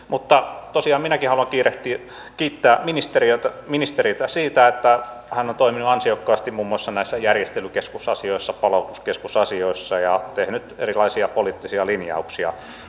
mutta tosiaan minäkin haluan kiittää ministeriä siitä että hän on toiminut ansiokkaasti muun maussa näissä järjestelykeskusasioissa palautuskeskusasioissa ja tehnyt erilaisia poliittisia linjauksia